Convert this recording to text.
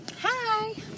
Hi